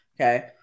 Okay